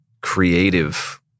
creative